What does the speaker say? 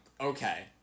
okay